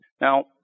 Now